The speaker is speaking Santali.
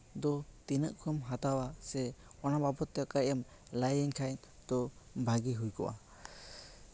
ᱫᱚ ᱛᱤᱱᱟᱹᱜ ᱠᱚ ᱦᱟᱛᱟᱣᱟ ᱥᱮ ᱚᱱᱟ ᱵᱟᱵᱚᱛ ᱛᱮ ᱠᱟᱹᱪ ᱮᱢ ᱞᱟᱹᱭᱟᱹᱧ ᱠᱷᱟᱱ ᱛᱳ ᱵᱷᱟᱹᱜᱤ ᱦᱩᱭ ᱠᱚᱜᱼᱟ